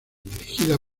dirigida